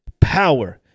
Power